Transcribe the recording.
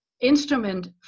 instrument